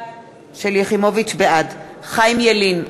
בעד חיים ילין,